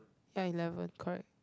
ya eleven correct